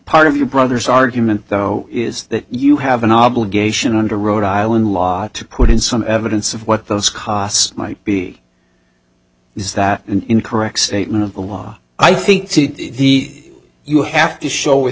part of your brother's argument though is that you have an obligation under rhode island law to put in some evidence of what those costs might be is that an incorrect statement of the law i think the you have to show with